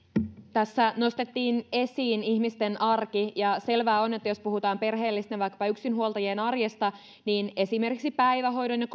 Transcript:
tässä nostettiin esiin ihmisten arki ja selvää on että jos puhutaan perheellisten vaikkapa yksinhuoltajien arjesta niin esimerkiksi päivähoitoon ja